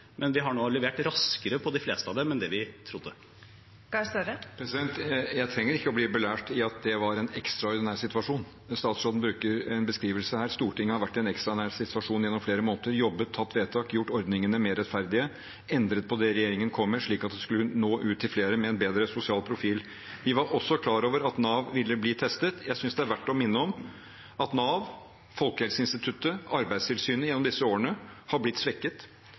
Men vi har nå levert raskere på de fleste av dem enn det vi trodde. Jeg trenger ikke å bli belært i at det var en ekstraordinær situasjon. Statsråden bruker det i en beskrivelse her. Stortinget har vært i en ekstraordinær situasjon gjennom flere måneder. Vi har jobbet, fattet vedtak, gjort ordningene mer rettferdige, endret på det regjeringen kom med, slik at det skulle nå ut til flere med en bedre sosial profil. Vi var også klar over at Nav ville bli testet. Jeg synes det er verdt å minne om at Nav, Folkehelseinstituttet og Arbeidstilsynet gjennom disse årene har vært svekket.